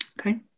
Okay